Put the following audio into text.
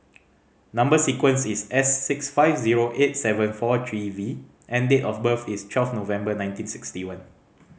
number sequence is S six five zero eight seven four three V and date of birth is twelve November nineteen sixty one